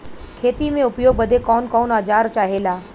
खेती में उपयोग बदे कौन कौन औजार चाहेला?